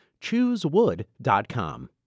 Choosewood.com